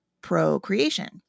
procreation